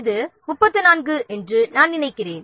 இது 34 என்று நான் நினைக்கிறேன்